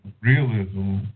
realism